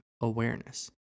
awareness